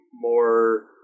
more